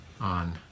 on